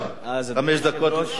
חמש דקות לרשותך, אדוני.